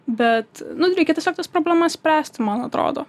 bet nu reikia tiesiog tas problemas spręsti man atrodo